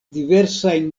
diversajn